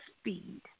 speed